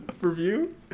review